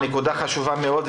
זו נקודה חשובה מאוד.